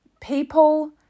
people